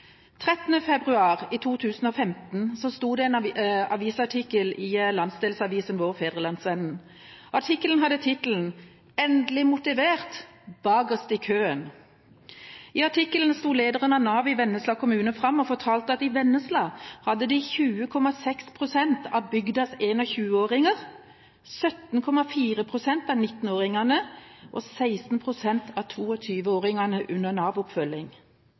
13. februar 2015 sto det en artikkel i landsdelsavisen vår, Fædrelandsvennen. Artikkelen hadde tittelen: «Endelig motivert – bakerst i køen». I artikkelen sto lederen av Nav i Vennesla kommune fram og fortalte at i Vennesla var 20,6 pst. av bygdas 21-åringer, 17,4 pst. av 19-åringene og 16 pst. av 22-åringene under